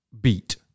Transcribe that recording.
beat